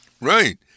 Right